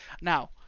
Now